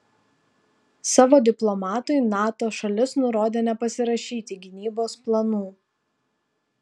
savo diplomatui nato šalis nurodė nepasirašyti gynybos planų